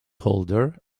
holder